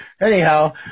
Anyhow